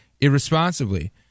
irresponsibly